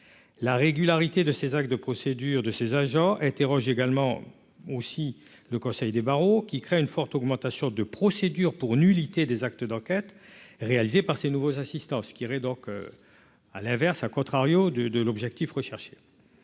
la régularité de ses actes de procédure de ses agents interrogent également aussi le Conseil des barreaux, qui crée une forte augmentation de procédure pour nullité des actes d'enquête réalisée par ces nouveaux assistant, ce qui irait donc à l'inverse, a contrario de de l'objectif recherché